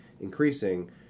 increasing